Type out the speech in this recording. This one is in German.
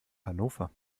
hannover